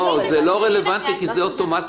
לא, זה לא רלוונטי, כי זה נעשה אוטומטית.